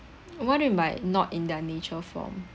what do you mean by not in their nature form